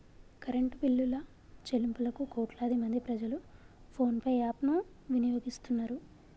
current బిల్లుల చెల్లింపులకు కోట్లాది మంది ప్రజలు ఫోన్ పే యాప్ ను వినియోగిస్తున్నరు